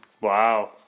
Wow